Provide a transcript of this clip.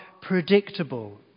predictable